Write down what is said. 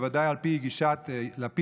בוודאי על פי גישת לפיד,